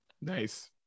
nice